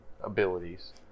abilities